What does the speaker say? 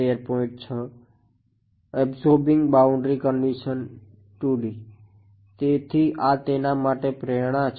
તેથી આ તેના માટે પ્રેરણા છે